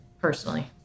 personally